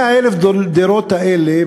100,000 הדירות האלה,